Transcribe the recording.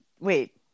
Wait